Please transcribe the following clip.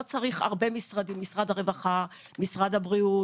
לא צריך הרבה משרדים - רווחה, הבריאות.